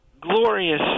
glorious